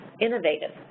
innovative